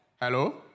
Hello